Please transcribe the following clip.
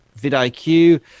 vidIQ